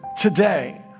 today